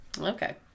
Okay